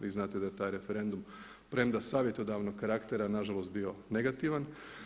Vi znate da je taj referendum premda savjetodavnog karaktera nažalost bio negativan.